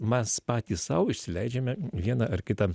mes patys sau išleidžiame vieną ar kitą